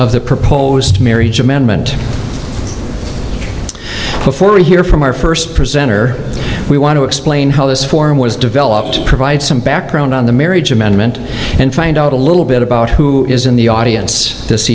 of the proposed marriage amendment before we hear from our first present or we want to explain how this form was developed to provide some background on the marriage amendment and find out a little bit about who is in the audience this